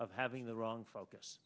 of having the wrong focus